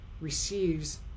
receives